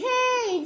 Hey